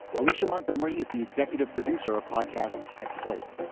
alicia montgomery is the executive producer of podcasts at slate.